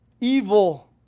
Evil